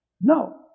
No